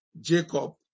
Jacob